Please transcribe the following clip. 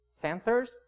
centers